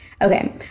Okay